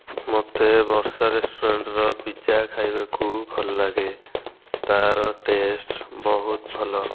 ମୋତେ ବର୍ଷା ରେସ୍ଟୋରାନ୍ଟ ର ପିଜା ଖାଇବାକୁ ଭଲ ଲାଗେ ତାର ଟେଷ୍ଟ ବହୁତ ଭଲ